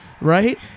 right